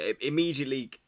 immediately